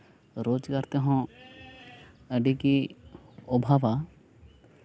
ᱨᱳᱡᱽᱜᱟᱨ ᱛᱮᱦᱚᱸ ᱟᱹᱰᱤ ᱜᱮ ᱚᱵᱷᱟᱵᱟ